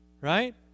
Right